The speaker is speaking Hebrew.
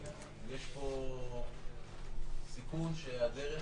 יש פה סיכון בדרך